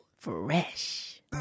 fresh